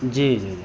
جی جی